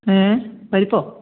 പരിപ്പോ